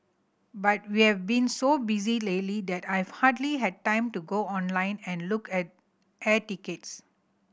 but we have been so busy lately that I've hardly had time to go online and look at air tickets